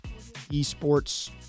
esports